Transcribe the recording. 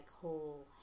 whole